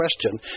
question